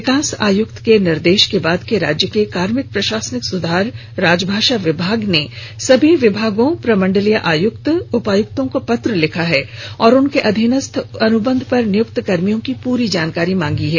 विकास आयुक्त के निर्देश के बाद के राज्य के कार्मिक प्रशासनिक सुधार राजभाषा विभाग ने सभी विभागों प्रमंडलीय आयुक्त उपायुक्तों को पत्र लिखा है और उनके अधीनस्थ अनुबंध पर नियुक्त कर्मियों की पूरी जानकारी मांगी है